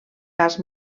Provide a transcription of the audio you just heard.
gas